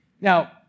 Now